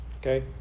okay